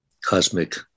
cosmic